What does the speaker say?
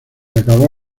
acabó